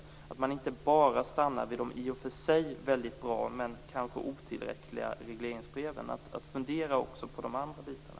Man får inte bara stanna vid de i och för sig väldigt bra men kanske otillräckliga regleringsbreven utan måste också fundera på de andra bitarna.